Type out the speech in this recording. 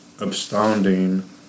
astounding